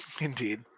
Indeed